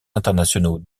internationaux